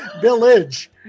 village